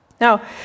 Now